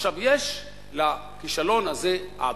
עכשיו, יש לכישלון הזה אבא.